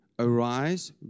Arise